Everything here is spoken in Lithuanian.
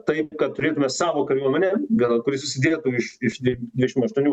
taip kad turėtume savo kariuomenę gal kuri susidėtų iš iš dvidešim aštuonių